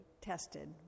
tested